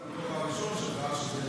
בכובע הראשון שלך, שזה